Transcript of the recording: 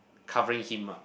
covering him up